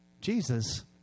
Jesus